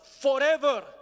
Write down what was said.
forever